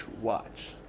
Watch